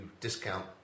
discount